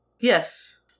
Yes